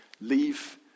Leave